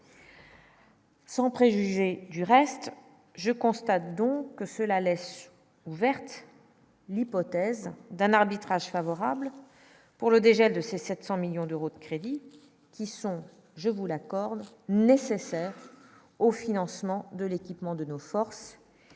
Sans préjuger du reste je constate donc que cela laisse ouverte l'hypothèse d'un arbitrage favorable pour le dégel de ces 700 millions d'euros de crédits qui sont, je vous la accord nécessaires au financement de l'équipement de nos forces